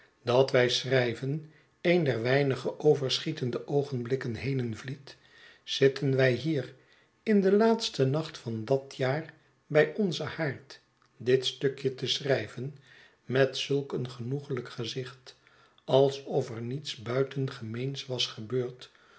dat wij schrijven een der weinige overschietende oogenblikken henenvliedt zitten wij hier in den laatsten nacht van dat jaar bij onzen haard dit stukje te schrijven met zulk een genoeglijk gezicht alsof er niets buitengemeens was gebeurd